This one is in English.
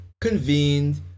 convened